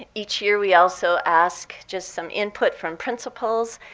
each year we also ask just some input from principals.